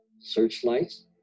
searchlights